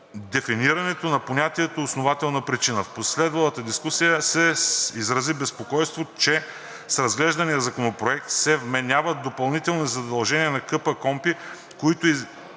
дефинирането на понятието „основателна причина“. В последвалата дискусия се изрази безпокойство, че с разглеждания законопроект се вменяват допълнителни задължения на КПКОНПИ, които